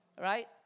right